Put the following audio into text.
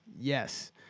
Yes